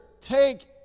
take